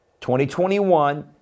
2021